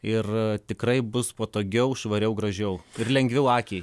ir tikrai bus patogiau švariau gražiau ir lengviau akiai